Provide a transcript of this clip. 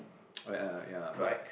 oh ya ya but